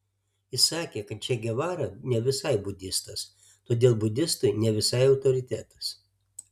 jis sakė kad če gevara ne visai budistas todėl budistui ne visai autoritetas